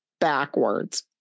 backwards